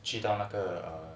去到那个 um